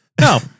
No